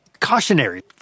cautionary